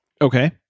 Okay